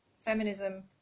feminism